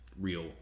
real